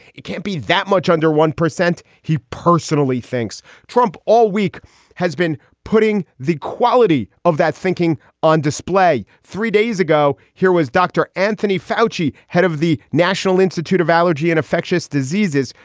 it can't be that much under one percent. he personally thinks trump all week has been putting the quality of that thinking on display three days ago. here was dr. anthony foushee, head of the national institute of allergy and infectious diseases,